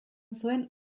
zuen